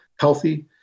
healthy